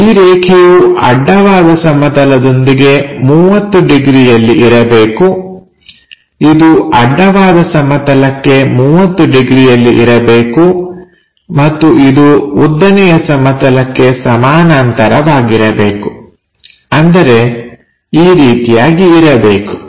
ಈ ರೇಖೆಯು ಅಡ್ಡವಾದ ಸಮತಲದೊಂದಿಗೆ 30 ಡಿಗ್ರಿಯಲ್ಲಿ ಇರಬೇಕು ಇದು ಅಡ್ಡವಾದ ಸಮತಲಕ್ಕೆ 30 ಡಿಗ್ರಿಯಲ್ಲಿ ಇರಬೇಕು ಮತ್ತು ಇದು ಉದ್ದನೆಯ ಸಮತಲಕ್ಕೆ ಸಮಾನಾಂತರವಾಗಿರಬೇಕು ಅಂದರೆ ಈ ರೀತಿಯಾಗಿ ಇರಬೇಕು